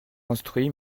instruit